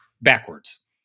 backwards